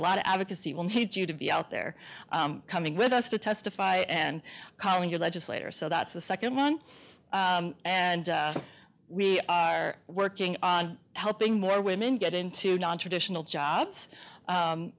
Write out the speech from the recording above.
a lot of advocacy will teach you to be out there coming with us to testify and calling your legislator so that's the second month and we are working on helping more women get into nontraditional jobs